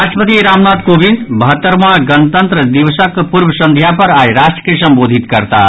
राष्ट्रपति रामनाथ कोविंद बहत्तरवाँ गणतंत्र दिवसक पूर्व संध्या पर आइ राष्ट्र के संबोधित करताह